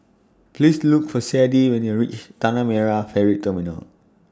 Please Look For Sadie when YOU REACH Tanah Merah Ferry Terminal